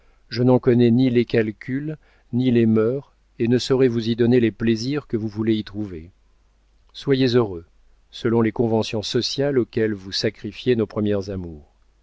je n'en connais ni les calculs ni les mœurs et ne saurais vous y donner les plaisirs que vous voulez y trouver soyez heureux selon les conventions sociales auxquelles vous sacrifiez nos premières amours